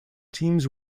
teams